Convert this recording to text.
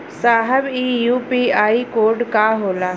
साहब इ UPI code का होला?